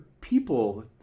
people